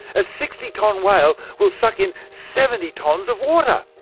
a sixty tonne whale will suck in seventy tonnes of water.